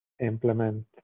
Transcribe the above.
implement